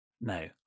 No